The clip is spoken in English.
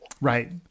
Right